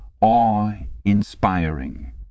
awe-inspiring